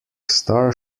star